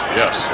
yes